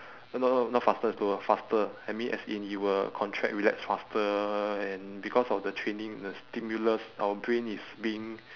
uh no no not faster slower faster I mean as in it will contract relax faster and because of the training the stimulus our brain is being